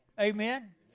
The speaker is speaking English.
Amen